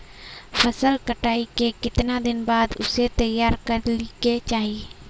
फसल कटाई के कीतना दिन बाद उसे तैयार कर ली के चाहिए?